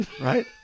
Right